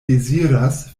deziras